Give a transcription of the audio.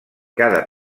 cada